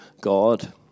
God